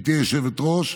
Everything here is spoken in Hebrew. גברתי היושבת-ראש,